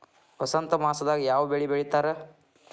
ವಸಂತ ಮಾಸದಾಗ್ ಯಾವ ಬೆಳಿ ಬೆಳಿತಾರ?